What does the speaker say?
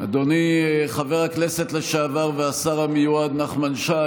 אדוני חבר הכנסת לשעבר והשר המיועד נחמן שי,